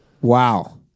Wow